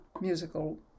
musical